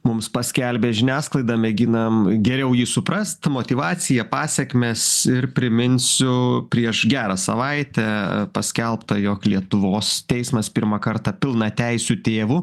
mums paskelbė žiniasklaida mėginam geriau jį suprast motyvaciją pasekmes ir priminsiu prieš gerą savaitę paskelbta jog lietuvos teismas pirmą kartą pilnateisiu tėvu